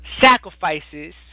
sacrifices